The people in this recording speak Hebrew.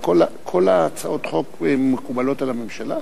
את הצעת חוק הגנת הצרכן